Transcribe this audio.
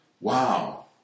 Wow